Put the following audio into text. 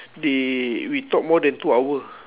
they we talk more than two hour